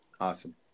awesome